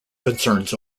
concerns